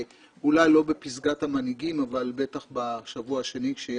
אולי לא בפסגת המנהיגים אבל בטח בשבוע השני עת יהיו